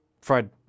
fried